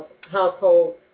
household